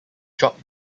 drop